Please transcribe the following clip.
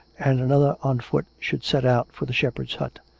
and another on foot should set out for the shepherd's hut.